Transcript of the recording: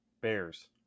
Bears